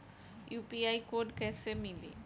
UPI code कैसे मिली?